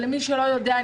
למי שלא יודע,